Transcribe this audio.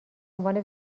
عنوان